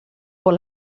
por